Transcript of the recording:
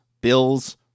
Bills